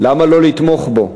למה לא לתמוך בו?